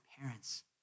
parents